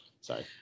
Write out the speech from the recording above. sorry